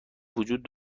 وجود